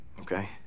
Okay